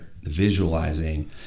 visualizing